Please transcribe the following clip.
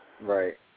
Right